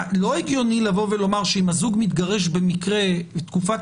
לא הגיוני לבוא ולומר שאם הזוג מתגרש במקרה ותקופת